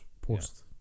post